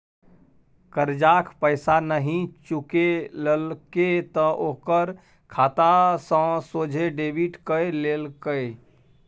करजाक पैसा नहि चुकेलके त ओकर खाता सँ सोझे डेबिट कए लेलकै